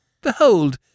behold